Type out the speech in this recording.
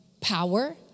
power